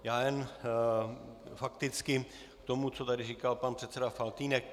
Já jen fakticky k tomu, co tady říkal pan předseda Faltýnek.